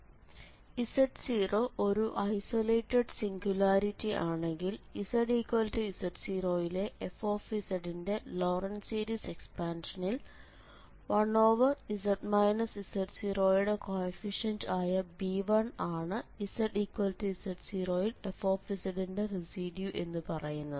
z0 ഒരു isolated singularity ആണെങ്കിൽ zz0 ലെ f ന്റെ ലോറന്റ് സീരീസ് എക്സ്പാൻഷനിൽ 1z z0 ന്റെ കേയെഫിഷ്യന്റ് ആയ b1ആണ് zz0 ൽ f ന്റെ റെസിഡ്യൂ എന്ന് പറയുന്നത്